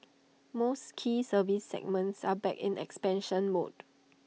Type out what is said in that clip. most key services segments are back in expansion mode